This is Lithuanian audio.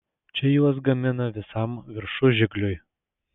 čia juos gamina visam viršužigliui